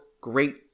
great